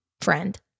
friend